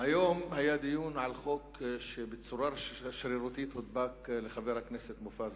היום היה דיון על חוק שבצורה שרירותית הודבק לחבר הכנסת מופז,